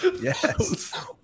Yes